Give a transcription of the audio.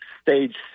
stage